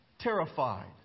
Terrified